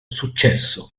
successo